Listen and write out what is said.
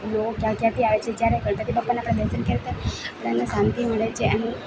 લોકો ક્યાં ક્યાંથી આવે છે જ્યારે ગણપતિ બાપાના આપણે દર્શન કરી તે આપણને શાંતિ મળે છે અને